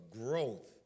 growth